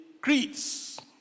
creeds